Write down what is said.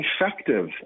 effective